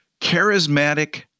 charismatic